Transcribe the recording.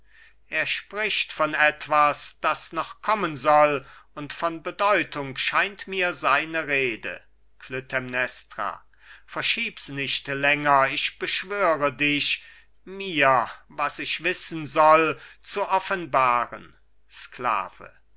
er spricht von etwas das noch kommen soll und von bedeutung scheint mir seine rede klytämnestra verschieb's nicht länger ich beschwöre dich mir was ich wissen soll zu offenbaren sklave